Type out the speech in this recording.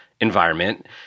environment